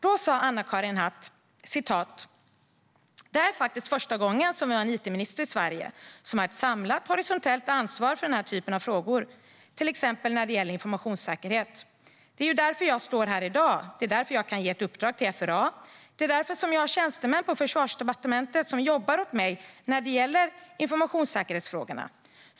Då sa Anna-Karin Hatt: "Det här är faktiskt första gången som vi har en IT-minister i Sverige som har ett samlat, horisontellt ansvar för den här typen av frågor, t.ex. när det gäller informationssäkerhet. Det är ju därför jag står här idag. Det är därför jag kan ge ett uppdrag till FRA, det är därför som jag har tjänstemän på försvarsdepartementet som jobbar åt mig när det gäller informationssäkerhetsfrågorna.